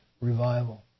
revival